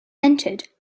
entered